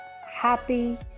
happy